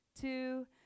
two